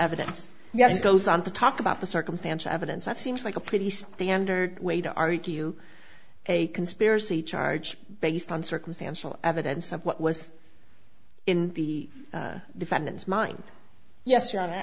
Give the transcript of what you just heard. evidence yes it goes on to talk about the circumstantial evidence that seems like a pretty standard way to argue a conspiracy charge based on circumstantial evidence of what was in the defendant's mind yes your hon